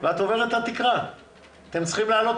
כשאתם מציגים תגידו שכל עובד עובר את